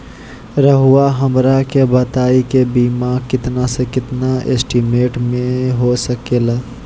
रहुआ हमरा के बताइए के बीमा कितना से कितना एस्टीमेट में हो सके ला?